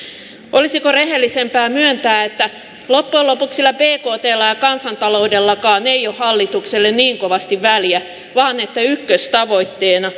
olisiko rehellisempää myöntää että loppujen lopuksi sillä bktllä ja ja kansantaloudellakaan ei ole hallitukselle niin kovasti väliä vaan että ykköstavoitteena